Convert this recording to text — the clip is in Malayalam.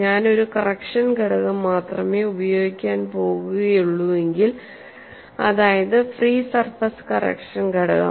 ഞാൻ ഒരു കറക്ഷൻ ഘടകം മാത്രമേ പ്രയോഗിക്കാൻ പോകുകയുള്ളൂവെങ്കിൽ അതായത് ഫ്രീ സർഫസ് കറക്ഷൻ ഘടകം